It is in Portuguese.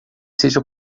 seja